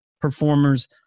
performers